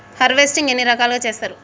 Harvesting ఎన్ని రకాలుగా చేస్తరు?